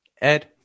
Ed